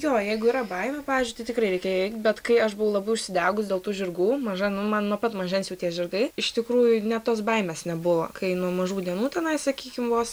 jo jeigu yra baimių pavyzdžiui tai tikrai reikia įveikt bet kai aš buvau labai užsidegus dėl tų žirgų maža nu man nuo pat mažens jau tie žirgai iš tikrųjų net tos baimės nebuvo kai nuo mažų dienų tenais sakykime vos